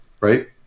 right